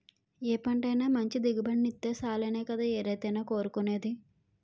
ఏ పంటైనా మంచి దిగుబడినిత్తే సాలనే కదా ఏ రైతైనా కోరుకునేది?